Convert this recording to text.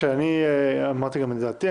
אמרתי את דעתי,